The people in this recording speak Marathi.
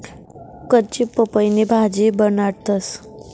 कच्ची पपईनी भाजी बनाडतंस